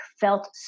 felt